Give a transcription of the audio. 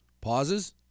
Pauses